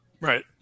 Right